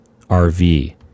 RV